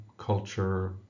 culture